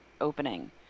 opening